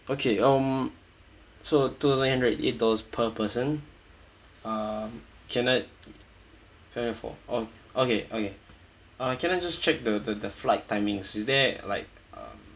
okay um so two thousand eight hundred eight dollars per person uh can I for or okay okay uh can I just check the the the flight timings is there like uh